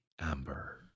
Amber